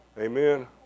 Amen